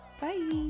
bye